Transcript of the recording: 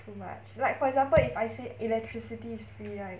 too much like for example if I say electricity is free right